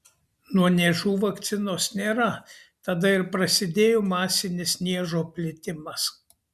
nuo niežų vakcinos nėra tada ir prasidėjo masinis niežo plitimas